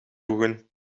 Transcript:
voegen